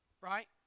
right